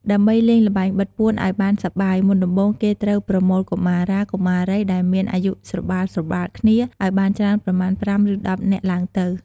ដើម្បីលេងល្បែងបិទពួនឱ្យបានសប្បាយ មុនដំបូងគេត្រូវបបួលកុមារា កុមារីដែលមានអាយុស្របាលៗគ្នា ឱ្យបានច្រើនប្រមាណ ៥ ឬ ១០នាក់ឡើងទៅ។